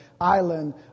island